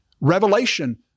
revelation